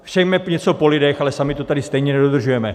Chceme něco po lidech, ale sami to tady stejně nedodržujeme.